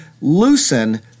loosen